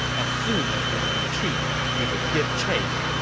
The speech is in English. as soon as we retreat, he would give chase.